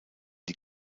die